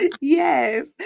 Yes